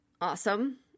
Awesome